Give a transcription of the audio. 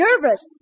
nervous